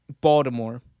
Baltimore